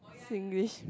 Singlish